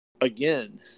again